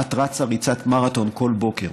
את רצה ריצת מרתון בכל בוקר